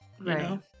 Right